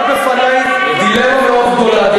עמדה בפני דילמה מאוד גדולה.